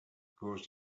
caused